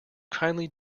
kindly